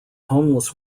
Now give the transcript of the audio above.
homeless